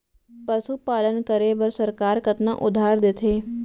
पशुपालन करे बर सरकार कतना उधार देथे?